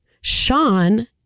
Sean